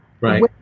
Right